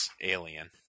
alien